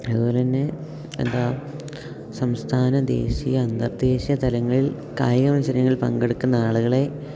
അതുപോലെ തന്നെ എന്താ സംസ്ഥാന ദേശീയ അന്തർ ദേശീയ തലങ്ങളിൽ കായികമത്സരങ്ങളിൽ പങ്കെടുക്കുന്ന ആളുകളെ